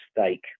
stake